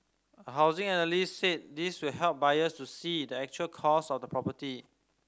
a housing analyst said this will help buyers to see the actual cost of the property